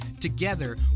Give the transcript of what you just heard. Together